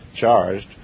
charged